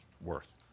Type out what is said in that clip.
worth